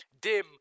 dim